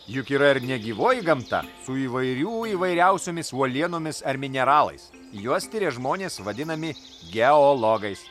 juk yra ir negyvoji gamta su įvairių įvairiausiomis uolienomis ar mineralais juos tiria žmonės vadinami geologais